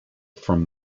from